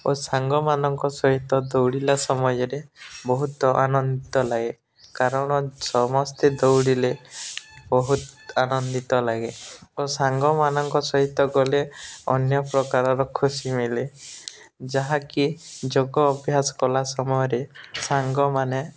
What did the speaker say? ଓ ସାଙ୍ଗମାନଙ୍କ ସହିତ ଦୌଡ଼ିଲା ସମୟରେ ବହୁତ ଆନନ୍ଦିତ ଲାଗେ କାରଣ ସମସ୍ତେ ଦୌଡ଼ିଲେ ବହୁତ ଆନନ୍ଦିତ ଲାଗେ ଓ ସାଙ୍ଗମାନଙ୍କ ସହିତ ଗଲେ ଅନ୍ୟ ପ୍ରକାରର ଖୁସି ମିଳେ ଯାହାକି ଯୋଗ ଅଭ୍ୟାସ କଲା ସମୟରେ ସାଙ୍ଗମାନେ